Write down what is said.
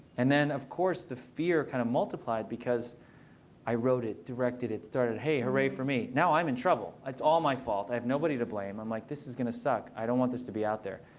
and then of course the fear kind of multiplied, because i wrote it, directed it, starred in it. hey, hooray for me! now i'm in trouble. it's all my fault. i have nobody to blame. i'm like, this is going to suck. i don't want this to be out there.